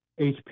HP